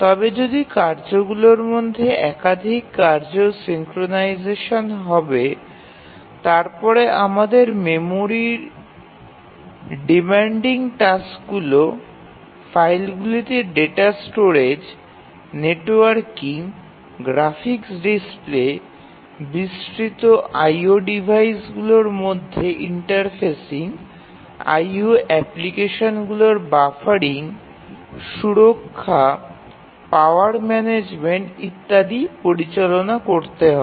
তবে যদি কার্যগুলির মধ্যে একাধিক কার্য সিঙ্ক্রোনাইজেশন হবে তারপরে আমাদের মেমরির demanding টাস্কগুলি ফাইলগুলিতে data storage networking graphics display বিস্তৃত আইও ডিভাইসগুলির IO devices মধ্যে ইন্টারফেসিং আইও অ্যাপ্লিকেশনগুলির buffering buffering of the IO applications সুরক্ষা পাওয়ার ম্যানেজমেন্ট ইত্যাদি পরিচালনা করতে হবে